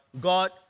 God